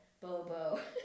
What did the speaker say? Bobo